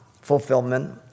fulfillment